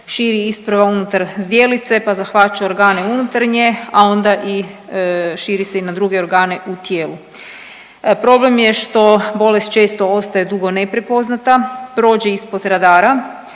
širi isprva unutar zdjelice, pa zahvaća organe unutarnje, a onda i širi se na druge organe u tijelu. Problem je što bolest često ostaje dugo neprepoznata, prođe ispod radara